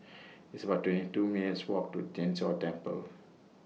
It's about twenty two minutes' Walk to Tien Chor Temple